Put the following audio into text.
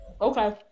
Okay